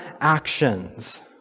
actions